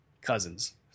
Cousins